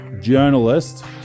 journalist